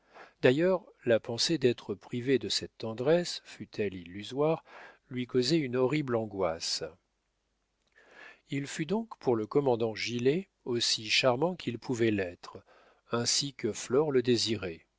d'ailleurs la pensée d'être privé de cette tendresse fût-elle illusoire lui causait une horrible angoisse il fut donc pour le commandant gilet aussi charmant qu'il pouvait l'être ainsi que flore le désirait